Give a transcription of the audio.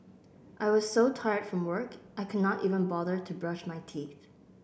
I was so tired from work I can not even bother to brush my teeth